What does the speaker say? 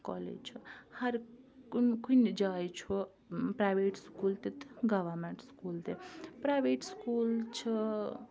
college چھُ ہرکُنہِ کُنہِ جاے چھُ پرٛایویٹ سکوٗل تہِ تہٕ گورمیٚنٛٹ سکوٗل تہِ پرٛاویٹ سکوٗل چھِ